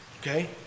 Okay